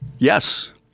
Yes